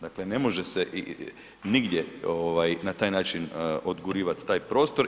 Dakle ne može se nigdje na taj način odgurivati taj prostor.